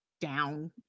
down